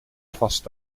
vast